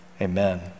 amen